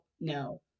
no